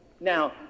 Now